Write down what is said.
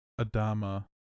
Adama